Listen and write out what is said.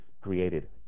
created